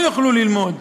לא יוכלו ללמוד.